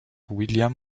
william